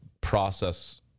process